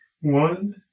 one